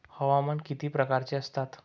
हवामान किती प्रकारचे असतात?